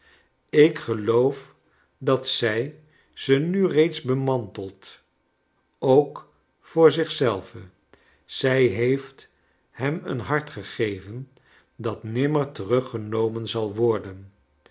ik geloof dat zij ze nu reeds bemantelt ook voor zich zelve zij heeft hem een hart gegeven dat nimmer teruggenomen zal worden